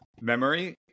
Memory